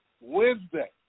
Wednesday